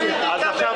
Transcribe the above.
--- למה את עושה את זה?